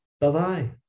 Bye-bye